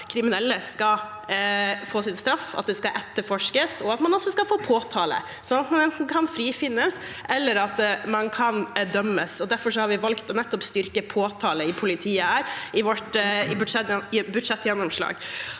at kriminelle skal få sin straff, at det skal etterforskes, og at man skal få påtale, slik at man kan frifinnes eller dømmes. Derfor har vi valgt nettopp å styrke påtalemyndigheten i politiet i vårt budsjettgjennomslag.